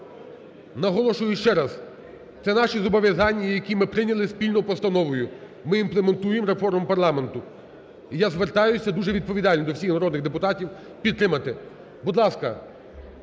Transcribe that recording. Наголошую ще раз, це наші зобов'язання, які ми прийняли спільно постановою ми імплементуємо реформу парламенту. І я звертаюся дуже відповідально до всіх народних депутатів підтримати. Будь ласка,